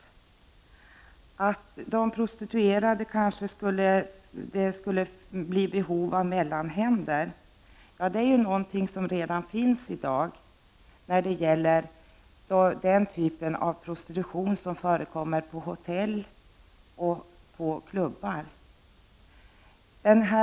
Man anför att de prostituerade skulle kanske få större behov av mellanhänder. Mellanhänder är ju någonting som redan finns i dag när det gäller den typ av prostitution som förekommer på hotell och på klubbar.